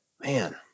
Man